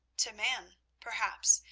to man, perhaps,